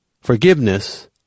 Forgiveness